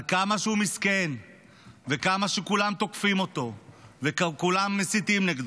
על כמה שהוא מסכן וכמה שכולם תוקפים אותו וכולם מסיתים נגדו,